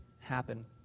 happen